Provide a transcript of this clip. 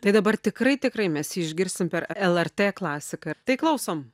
tai dabar tikrai tikrai mes jį išgirsim per lrt klasiką tai klausom